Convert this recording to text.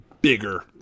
bigger